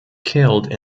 killed